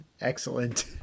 Excellent